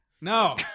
No